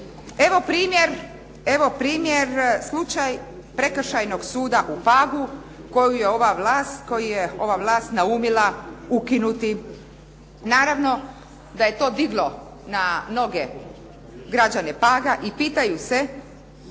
evo primjer slučaj prekršajnog suda u Pagu kojeg je ova vlast naumila ukinuti. Naravno da je to diglo na noge građane Paga i pitaju se